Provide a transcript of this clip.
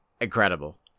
Incredible